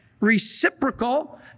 Reciprocal